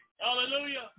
Hallelujah